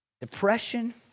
Depression